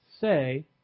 say